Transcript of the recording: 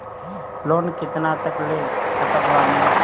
Loan कितना तक ले सकत बानी?